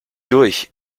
durch